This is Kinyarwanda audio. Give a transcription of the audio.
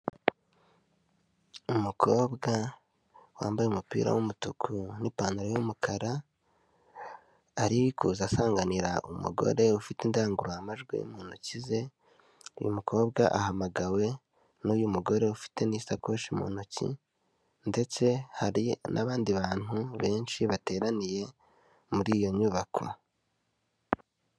Umukobwa wambaye umupira w'umutuku n'ipantaro y'umukara, ari kuza asanganira umugore ufite indangururamajwi mu ntoki ze, uyu mukobwa ahamagawe n'uyu mugore ufite n'isakoshi mu ntoki ndetse hari n'abandi bantu benshi bateraniye muri iyo nyubako.